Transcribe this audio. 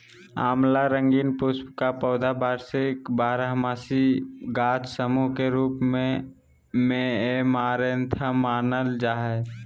आँवला रंगीन पुष्प का पौधा वार्षिक बारहमासी गाछ सामूह के रूप मेऐमारैंथमानल जा हइ